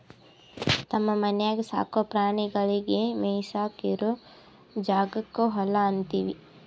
ತಮ್ಮ ಮನ್ಯಾಗ್ ಸಾಕೋ ಪ್ರಾಣಿಗಳಿಗ್ ಮೇಯಿಸಾಕ್ ಇರೋ ಜಾಗಕ್ಕ್ ಹೊಲಾ ಅಂತೀವಿ